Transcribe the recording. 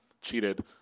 cheated